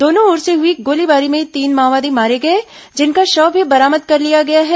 दोनों ओर से हुई गोलीबारी में तीन माओवादी मारे गए जिनका शव भी बरामद कर लिया गया है